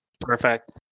perfect